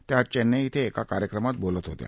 त्या आज चेन्नई धिं एका कार्यक्रमात बोलत होत्या